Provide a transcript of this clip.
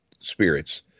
spirits